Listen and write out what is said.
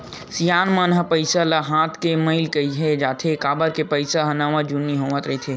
सियान मन ह पइसा ल हाथ के मइल केहें जाथे, काबर के पइसा के नवा जुनी होवत रहिथे